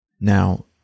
Now